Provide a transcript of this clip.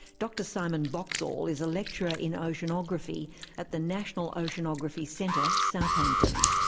dr simon boxall is a lecturer in oceanography at the national oceanography centre, southampton.